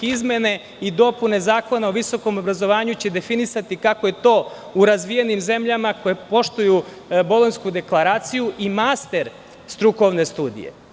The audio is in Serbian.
Izmene i dopune Zakona o visokom obrazovanju će definisati kako je to u razvijenim zemljama koje poštuju Bolonjsku deklaraciju i master strukovne studije.